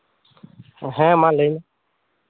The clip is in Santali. ᱦᱮᱸ ᱢᱟ ᱞᱟᱹᱭ ᱢᱮ